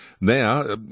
now